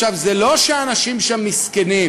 זה לא שהאנשים שם מסכנים,